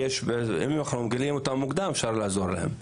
כי אם אנחנו מגלים אותם מוקדם אפשר לעזור להם.